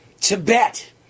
Tibet